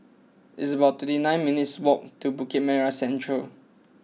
it's about twenty nine minutes walk to Bukit Merah Central